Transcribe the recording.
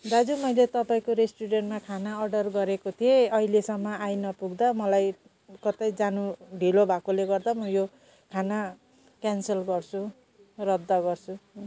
दाजु मैले तपाईँको रेस्टुरेन्टमा खाना अर्डर गरेको थिएँ अहिलेसम्म आइनपुग्दा मलाई कतै जानु ढिलो भएकोले गर्दा म यो खाना क्यान्सल गर्छु रद्द गर्छु